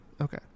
Okay